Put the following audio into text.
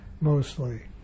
mostly